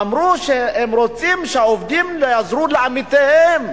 אמרו שהם רוצים שהעובדים יעזרו לעמיתיהם.